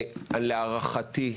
להערכתי,